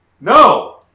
no